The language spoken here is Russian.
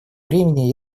времени